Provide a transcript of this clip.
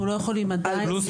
אנחנו לא יכולים לדעת.